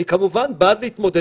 כרגע הצעד הזה